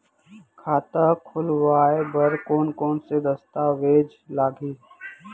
खाता खोलवाय बर कोन कोन से दस्तावेज लागही?